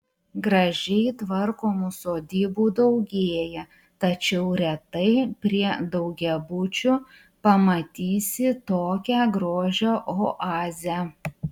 gražiai tvarkomų sodybų daugėja tačiau retai prie daugiabučių pamatysi tokią grožio oazę